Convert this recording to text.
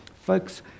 Folks